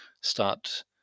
start